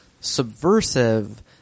subversive